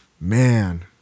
Man